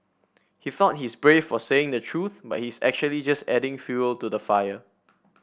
he thought he's brave for saying the truth but he's actually just adding fuel to the fire